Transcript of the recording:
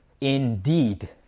Indeed